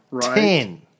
ten